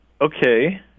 Okay